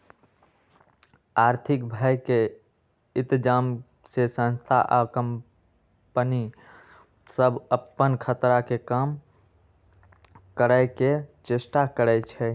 आर्थिक भय के इतजाम से संस्था आ कंपनि सभ अप्पन खतरा के कम करए के चेष्टा करै छै